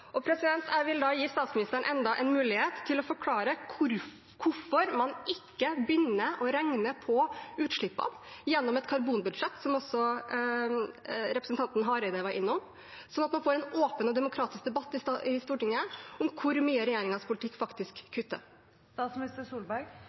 Jeg vil gi statsministeren enda en mulighet til å forklare hvorfor man ikke begynner å regne på utslippene gjennom et karbonbudsjett, som også representanten Hareide var innom, slik at man får en åpen og demokratisk debatt i Stortinget om hvor mye regjeringen med sin politikk faktisk